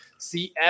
CF